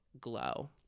glow